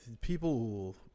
people